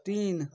तीन